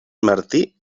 martí